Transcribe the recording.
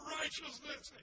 righteousness